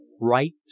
right